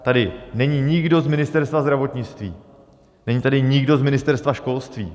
Tady není nikdo z Ministerstva zdravotnictví, není tady nikdo z Ministerstva školství.